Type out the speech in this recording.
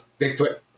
bigfoot